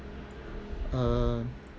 uh